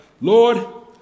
Lord